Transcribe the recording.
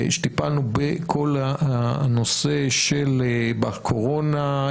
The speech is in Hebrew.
כשטיפלנו בכל הנושא של איכוני שב"כ בקורונה,